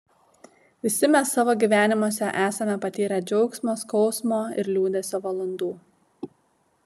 visi mes savo gyvenimuose esame patyrę džiaugsmo skausmo ir liūdesio valandų